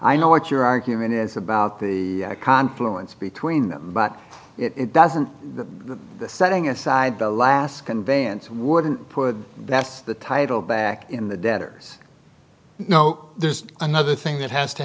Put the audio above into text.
i know what your argument is about the confluence between them but it doesn't setting aside the alaskan vance wouldn't put that's the title back in the debtor's no there's another thing that has to